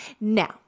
now